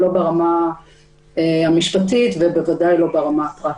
לא ברמה המשפטית ובוודאי לא ברמה הפרקטית.